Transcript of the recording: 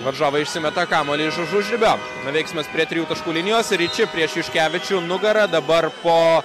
varžovai išsimeta kamuolį iš už užribio veiksmas prie trijų taškų linijos riči prieš juškevičių nugara dabar po